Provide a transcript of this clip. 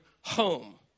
home